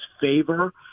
favor